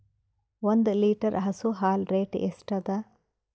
ಒಂದ್ ಲೀಟರ್ ಹಸು ಹಾಲ್ ರೇಟ್ ಎಷ್ಟ ಅದ?